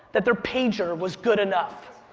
that their pager was good enough.